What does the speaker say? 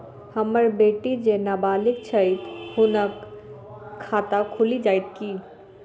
हम्मर बेटी जेँ नबालिग छथि हुनक खाता खुलि जाइत की?